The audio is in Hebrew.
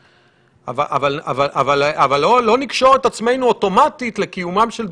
זה יכול להוות מנוף עבורנו כוועדה שאם אנחנו